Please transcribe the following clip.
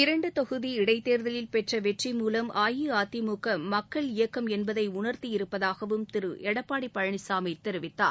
இரண்டு தொகுதி இடைத் தேர்தலில் பெற்ற வெற்றி மூலம் அஇஅதிமுக மக்கள் இயக்கம் என்பதை உணர்த்தியிருப்பதாகவும் திரு எடப்பாடி பழனிசாமி தெரிவித்தார்